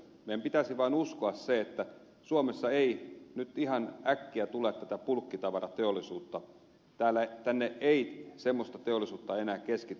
meidän pitäisi vain uskoa se että suomeen ei nyt ihan äkkiä tule bulkkitavarateollisuutta tänne ei enää semmoista teollisuutta keskity